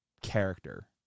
character